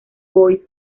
boys